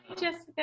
Jessica